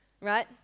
right